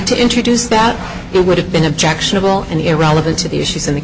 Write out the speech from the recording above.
to introduce that it would have been objectionable and irrelevant to the issues in the